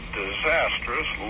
disastrous